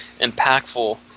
impactful